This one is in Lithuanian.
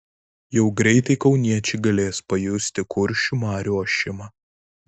jau greitai kauniečiai galės pajusti kuršių marių ošimą